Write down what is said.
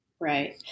Right